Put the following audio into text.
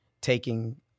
taking